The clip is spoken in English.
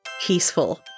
peaceful